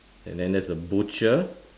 and then there's a butcher